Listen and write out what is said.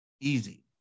easy